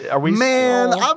man